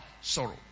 sorrow